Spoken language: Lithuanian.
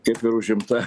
kaip ir užimta